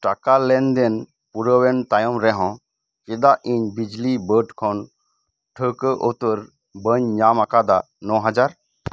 ᱴᱟᱠᱟ ᱞᱮᱱᱫᱮᱱ ᱯᱩᱨᱟ ᱣᱮᱱ ᱛᱟᱭᱚᱢ ᱨᱮᱦᱚᱸ ᱪᱮᱫᱟᱜ ᱤᱧ ᱵᱤᱡᱽᱞᱤ ᱵᱳᱨᱰ ᱠᱷᱚᱱ ᱴᱷᱟ ᱣᱠᱟ ᱩᱛᱟ ᱨ ᱵᱟ ᱧ ᱧᱟᱢ ᱟᱠᱟᱫᱟ ᱱᱚ ᱦᱟᱡᱟᱨ